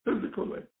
physically